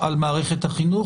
על מערכת החינוך,